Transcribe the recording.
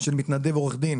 של מתנדב עורך דין